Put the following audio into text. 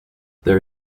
there